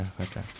Okay